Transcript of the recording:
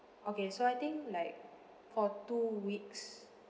okay so I think like for two weeks